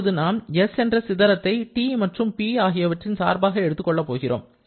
இப்பொழுது நாம் s என்ற சிதறத்தை T மற்றும்P ஆகியவற்றின் சார்பாக எடுத்துக் கொள்ளப் போகிறோம்